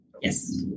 yes